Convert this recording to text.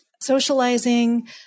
socializing